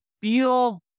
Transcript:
feel